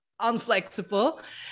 unflexible